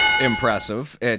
impressive